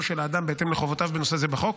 של האדם בהתאם לחובותיו בנושא זה בחוק,